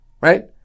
right